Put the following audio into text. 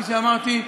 כפי שאמרתי,